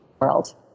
world